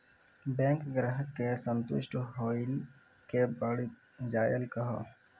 Bank ग्राहक के संतुष्ट होयिल के बढ़ जायल कहो?